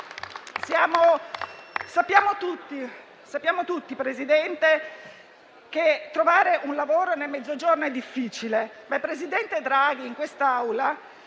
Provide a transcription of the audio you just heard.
sappiamo tutti che trovare un lavoro nel Mezzogiorno è difficile, ma il presidente Draghi in questa Aula